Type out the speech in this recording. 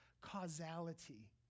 causality